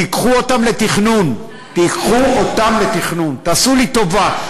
קחו אותם לתכנון, תעשו לי טובה.